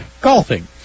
golfing